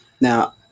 Now